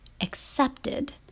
accepted